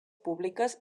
públiques